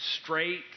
Straight